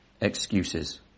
excuses